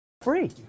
free